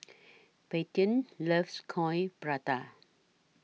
Paityn loves Coin Prata